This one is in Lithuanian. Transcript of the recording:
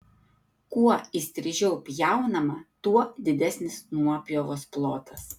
kuo įstrižiau pjaunama tuo didesnis nuopjovos plotas